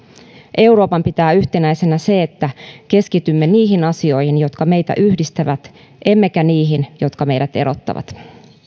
euroopan pitää yhtenäisenä se että keskitymme niihin asioihin jotka meitä yhdistävät emmekä niihin jotka meidät erottavat